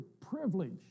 privilege